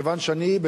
מכיוון שאני,